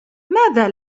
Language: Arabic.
ماذا